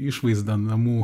išvaizdą namų